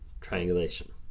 triangulation